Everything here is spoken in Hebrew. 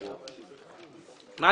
לא.